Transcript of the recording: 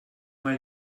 mal